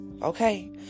Okay